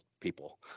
people